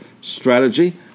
strategy